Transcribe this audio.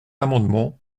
amendement